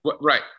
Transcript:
right